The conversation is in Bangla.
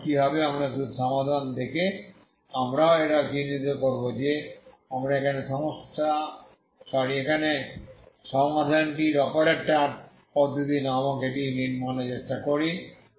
তারপর কি হবে আমরা শুধু সমাধান দেখে আমরা এটাও চিহ্নিত করব যে আমরা এখানে সমাধানটি অপারেটর পদ্ধতি নামক এটি নির্মাণের চেষ্টা করি